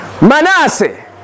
Manasseh